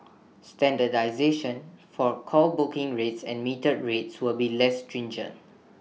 standardisation for call booking rates and metered rates will be less stringent